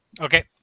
Okay